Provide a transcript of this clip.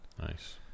Nice